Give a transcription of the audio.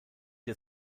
der